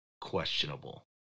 questionable